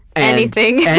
anything,